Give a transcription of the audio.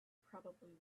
probably